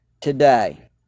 today